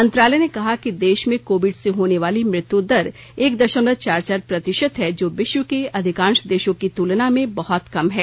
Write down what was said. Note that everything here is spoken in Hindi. मंत्रालय ने कहा है कि देश में कोविड से होने वाली मृत्यु दर एक दशमलव चार चार प्रतिशत है जो विश्व के अधिकांश देशों की तुलना में बहुत कम है